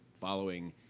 following